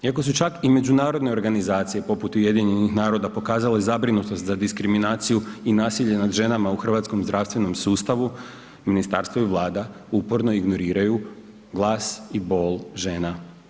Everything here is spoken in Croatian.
Iako su čak i međunarodne organizacije poput UN-a pokazale zabrinutost za diskriminaciju i nasilje nad ženama u hrvatskom zdravstvenom sustavu ministarstvo i vlada uporno ignoriraju glas i bol žena.